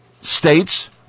States